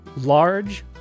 large